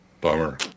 bummer